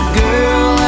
girl